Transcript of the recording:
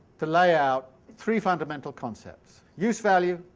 to lay out three fundamental concepts. use-value,